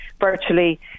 virtually